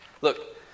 Look